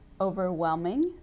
overwhelming